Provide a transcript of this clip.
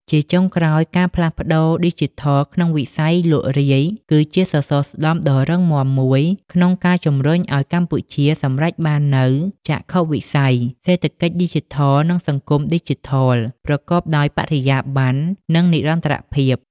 ជាចុងក្រោយ ការផ្លាស់ប្តូរឌីជីថលក្នុងវិស័យលក់រាយ គឺជាសសរស្តម្ភដ៏រឹងមាំមួយក្នុងការជំរុញឱ្យកម្ពុជាសម្រេចបាននូវចក្ខុវិស័យ "សេដ្ឋកិច្ចឌីជីថល និងសង្គមឌីជីថល" ប្រកបដោយបរិយាបន្ន និងនិរន្តរភាព។